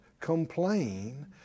complain